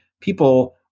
people